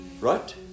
right